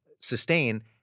sustain